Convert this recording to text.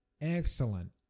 excellent